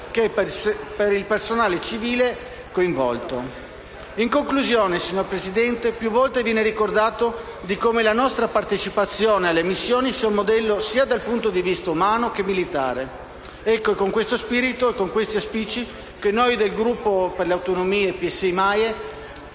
sia militare che civile. In conclusione, signor Presidente, più volte viene ricordato come la nostra partecipazione alle missioni sia un modello sia dal punto di vista umano che militare: è con questo spirito e con questi auspici che noi del Gruppo per le Autonomie-PSI-MAIE